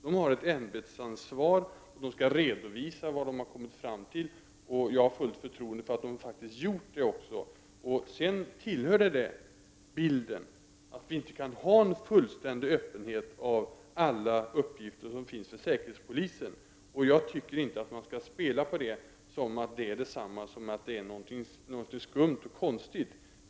De har ett ämbetsansvar och skall redovisa vad de har kommit fram till. Jag har fullt förtroende för att de faktiskt också gjort det. Sedan tillhör det bilden att vi inte kan ha fullständig insyn i alla uppgifter som finns hos säkerhetspolisen. Jag tycker inte att man skall spela på detta som att det är detsamma som att någonting är skumt och konstigt.